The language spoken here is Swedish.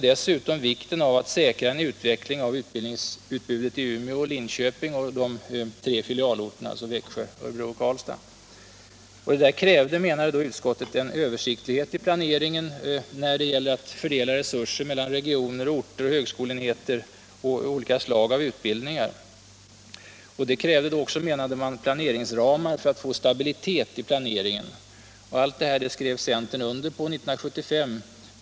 Det här krävde, ansåg utskottet då, en översiktlighet i planeringen när det gäller att fördela resurser mellan regioner, orter, högskoleenheter och olika slag av utbildningar. Det krävde också, menade man, planeringsramar för att få stabilitet i planeringen. Allt detta skrev centern under på 1975.